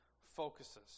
focuses